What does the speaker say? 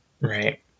right